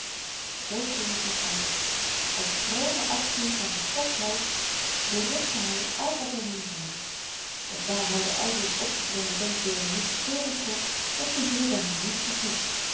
zoo ging t met alles uit vromen afschuw van verstoktheid berustte hy in al wat men hem zei doch daar hy de aldus opgedrongen denkbeelden niet verteren kon werd z'n ziel daarmee niet gevoed